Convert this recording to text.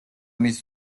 მის